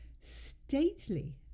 Stately